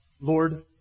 Lord